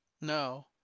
No